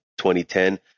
2010